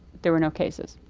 there were no cases.